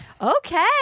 Okay